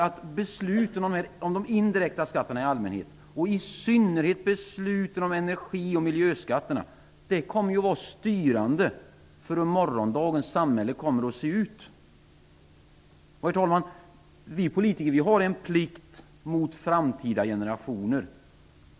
Besluten om de indirekta skatterna i allmänhet och i synnerhet besluten om energi och miljöskatterna kommer att vara styrande för hur morgondagens samhälle kommer att se ut. Herr talman! Vi politiker har en plikt mot framtida generationer.